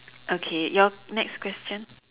okay your next question